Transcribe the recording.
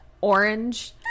orange